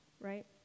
right